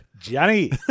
Johnny